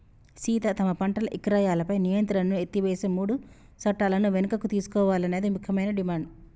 సీత తమ పంటల ఇక్రయాలపై నియంత్రణను ఎత్తివేసే మూడు సట్టాలను వెనుకకు తీసుకోవాలన్నది ముఖ్యమైన డిమాండ్